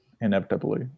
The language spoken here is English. inevitably